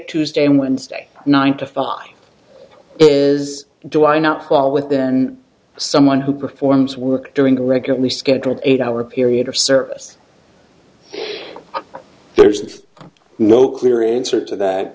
tuesday and wednesday nine to five is do i not fall with then someone who performs work during a regularly scheduled eight hour period of service there's no clear answer to that